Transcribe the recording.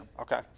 Okay